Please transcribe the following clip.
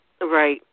Right